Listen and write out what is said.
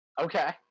Okay